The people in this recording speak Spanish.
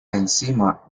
encima